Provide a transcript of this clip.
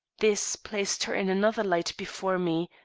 this placed her in another light before me,